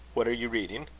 what are you reading?